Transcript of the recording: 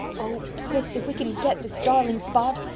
oh, pris, if we can get this darling spot!